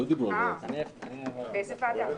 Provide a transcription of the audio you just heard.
באיזה ועדה?